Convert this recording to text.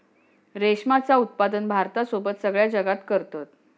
रेशमाचा उत्पादन भारतासोबत सगळ्या जगात करतत